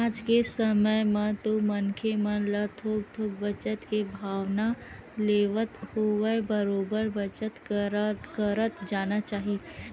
आज के समे म तो मनखे मन ल थोक थोक बचत के भावना लेवत होवय बरोबर बचत करत जाना चाही